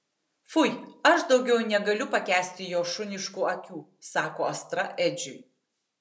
fui aš daugiau negaliu pakęsti jo šuniškų akių sako astra edžiui